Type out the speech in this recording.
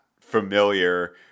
familiar